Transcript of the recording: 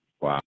Wow